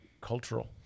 cultural